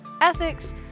ethics